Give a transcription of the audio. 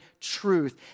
truth